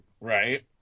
right